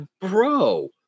bro